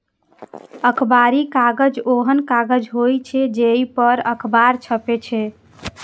अखबारी कागज ओहन कागज होइ छै, जइ पर अखबार छपै छै